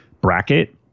bracket